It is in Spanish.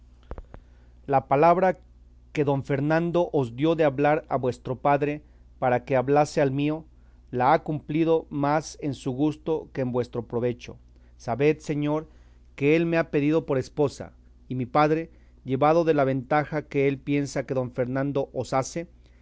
la palabra que don fernando os dio de hablar a vuestro padre para que hablase al mío la ha cumplido más en su gusto que en vuestro provecho sabed señor que él me ha pedido por esposa y mi padre llevado de la ventaja que él piensa que don fernando os hace